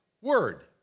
word